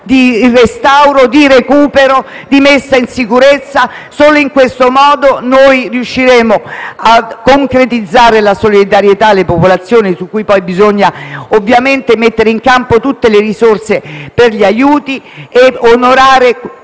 di restauro, di recupero e di messa in sicurezza. Solo in questo modo noi riusciremo a concretizzare la solidarietà alle popolazioni, per aiutare le quali bisognerà ovviamente mettere in campo tutte le risorse necessarie, e onorare